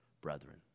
brethren